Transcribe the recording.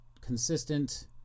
consistent